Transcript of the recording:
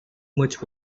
much